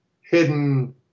hidden